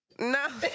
No